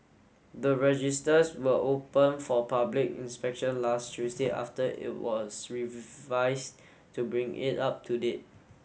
the registers were open for public inspection last Tuesday after it was revised to bring it up to date